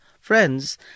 Friends